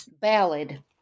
Ballad